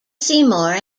seymour